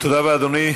תודה רבה, אדוני.